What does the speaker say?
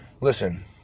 listen